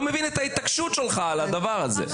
לא מבין את ההתעקשות שלך על הדבר הזה.